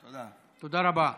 תודה רבה.